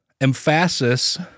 emphasis